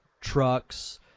trucks